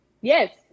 Yes